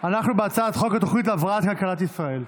אנחנו בהצעת חוק התוכנית להבראת כלכלת ישראל.